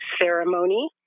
ceremony